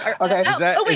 Okay